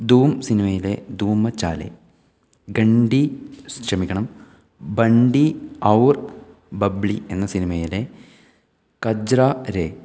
ധൂം സിനിമയിലെ ധൂമച്ചാലേ ഗണ്ടി ക്ഷമിക്കണം ബണ്ടി ഔർ ബബ്ളി എന്ന സിനിമയിലെ ഖജ്റാരേ